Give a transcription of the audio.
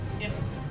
Yes